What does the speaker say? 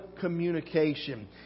communication